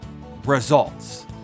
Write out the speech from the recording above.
results